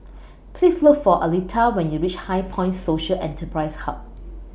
Please Look For Aletha when YOU REACH HighPoint Social Enterprise Hub